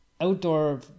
Outdoor